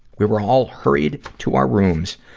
we were all hurried to our rooms,